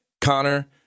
Connor